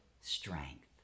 strength